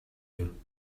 you